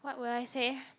what would I say